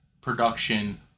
production